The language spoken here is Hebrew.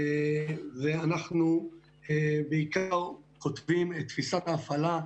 ואנחנו בעיקר כותבים את תפיסת ההפעלה,